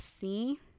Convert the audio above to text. see